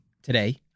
Today